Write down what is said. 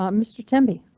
um mr. temby